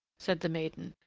said the maiden,